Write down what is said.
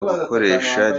gukoresha